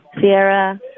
Sierra